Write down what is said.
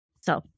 So-